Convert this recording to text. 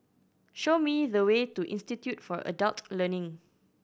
show me the way to Institute for Adult Learning